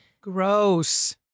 gross